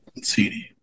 CD